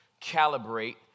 calibrate